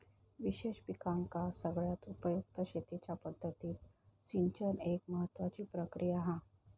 विशेष पिकांका सगळ्यात उपयुक्त शेतीच्या पद्धतीत सिंचन एक महत्त्वाची प्रक्रिया हा